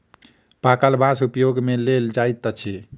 पाकल बाँस उपयोग मे लेल जाइत अछि